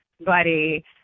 buddy